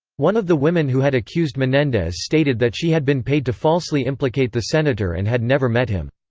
one of the women who had accused menendez stated that she had been paid to falsely implicate the senator and had never met him.